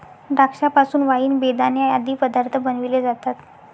द्राक्षा पासून वाईन, बेदाणे आदी पदार्थ बनविले जातात